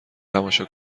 تماشا